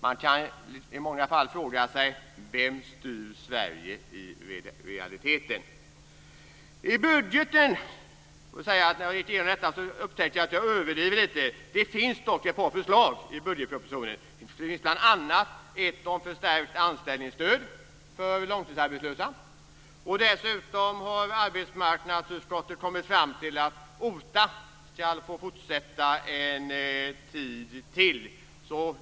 Man kan i många fall fråga sig vem som styr Sverige i realiteten. När jag gick igenom detta upptäckte jag att jag överdriver lite. Det finns dock ett par förslag i budgetpropositionen, bl.a. ett om förstärkt anställningsstöd för långtidsarbetslösa. Dessutom har arbetsmarknadsutskottet kommit fram till att OTA ska få fortsätta en tid till.